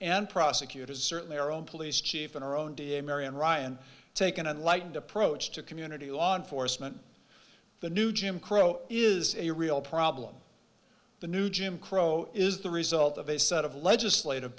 and prosecutors certain their own police chief and our own da marion ryan take an unlighted approach to community law enforcement the new jim crow is a real problem the new jim crow is the result of a set of legislative